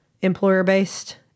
employer-based